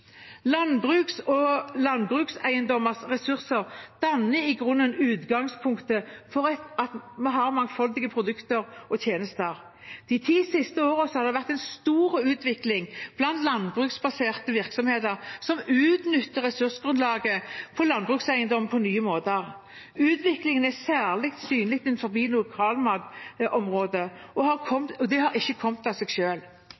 ressurser danner i grunnen utgangspunktet for at vi har mangfoldige produkter og tjenester. De ti siste årene har det vært en stor utvikling blant landbruksbaserte virksomheter som utnytter ressursgrunnlaget på landbrukseiendommen på nye måter. Utviklingen er særlig synlig innenfor lokalmatområdet, og det har ikke kommet av seg selv. Bygging av sterke mat- og reiselivsregioner har